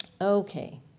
Okay